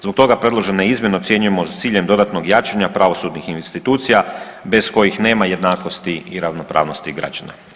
Zbog toga predložene izmjene ocjenjujemo s ciljem dodatnog jačanja pravosudnih institucija bez kojih nema jednakosti i ravnopravnosti građana.